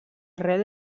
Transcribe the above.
rel